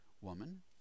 Woman